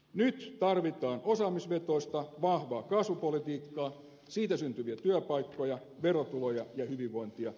nyt tarvitaan osaamisvetoista vahvaa kasvupolitiikkaa siitä syntyviä työpaikkoja verotuloja ja hyvinvointia